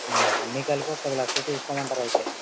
అన్నీ కలిపి ఒక పది లక్షలు చూసుకోమంటారు అయితే